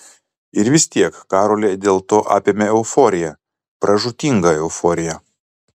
ir vis tiek karolį dėl to apėmė euforija pražūtinga euforija